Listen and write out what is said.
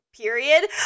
period